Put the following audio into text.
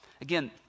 Again